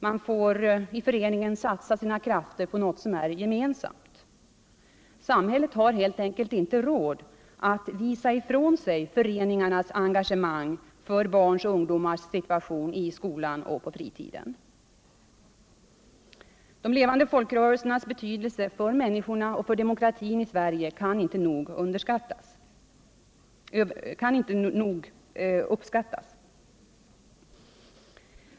De får i föreningen satsa sina krafter på något som är gemensamt. Samhället har helt enkelt inte råd att visa ifrån sig föreningarnas engagemang för barns och ungdomars situation i skolan och på fritiden. De levande folkrörelsernas betydelse för människorna och för demokratin i Sverige kan inte nog uppskattas.